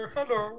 Hello